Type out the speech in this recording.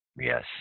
yes